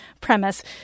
premise